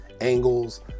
angles